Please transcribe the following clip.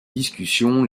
discussions